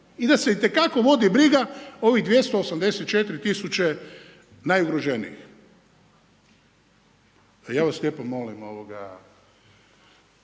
i da se itekako vodi briga ovih 284 tisuće najugroženijih. Ja vas lijepo molim kolega